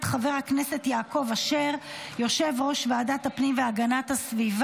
(מאסר בעבירת המתה שהיא מעשה טרור),